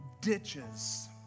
ditches